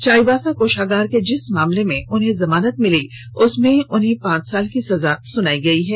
चाईबासा कोषागार के जिस मामले में उन्हें जमानत मिली है उसमें उन्हें पांच साल की सजा सुनाई गई है